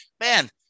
man